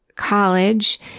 college